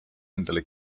endale